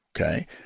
okay